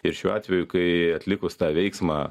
ir šiuo atveju kai atlikus tą veiksmą